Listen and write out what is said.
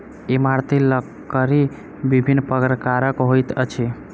इमारती लकड़ी विभिन्न प्रकारक होइत अछि